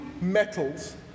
metals